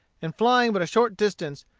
and flying but a short distance,